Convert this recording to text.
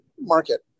market